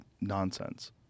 nonsense